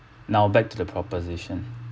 now back to the proposition